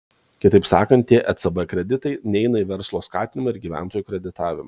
kitaip sakant tie ecb kreditai neina į verslo skatinimą ir gyventojų kreditavimą